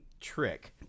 trick